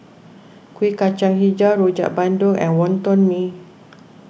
Kuih Kacang HiJau Rojak Bandung and Wonton Mee